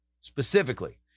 Specifically